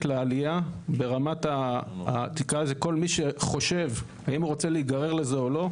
כל מי שחושב האם הוא רוצה להיגרר לזה או לא,